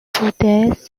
boudaises